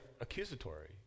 accusatory